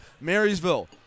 Marysville